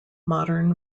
modern